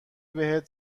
بهت